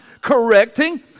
correcting